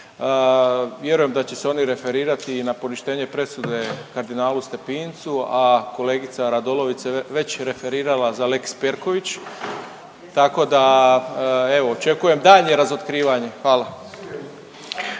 Vjerujem da će se oni referirati i na poništenje presude kardinalu Stepincu, a kolegica RAdolović se već referirala za lex Perković, tako da evo očekujem daljnje razotkrivanje. Hvala.